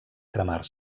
cremar